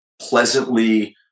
pleasantly